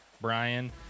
Brian